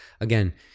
Again